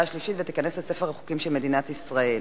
השלישית ותיכנס לספר החוקים של מדינת ישראל.